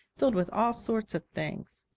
filled with all sort of things.